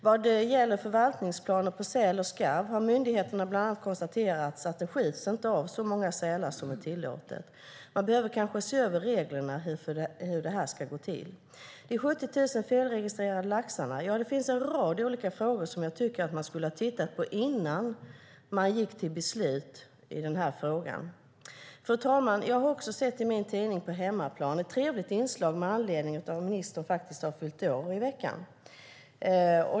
Vad gäller förvaltningsplaner för säl och skarv har myndigheterna bland annat konstaterat att det inte skjuts av så många sälar som är tillåtet. Man behöver kanske se över reglerna för hur det ska gå till. Det finns också 70 000 felregistrerade laxar. Ja, det finns en rad olika frågor som jag tycker att man skulle ha tittat på innan man gick till beslut i den här frågan. Fru talman! Jag har i min lokala tidning sett ett trevligt inslag med anledning av att ministern fyllt år i veckan.